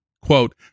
Quote